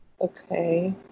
Okay